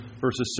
verses